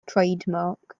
trademark